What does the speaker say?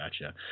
Gotcha